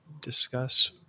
discuss